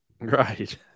right